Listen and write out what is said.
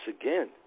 again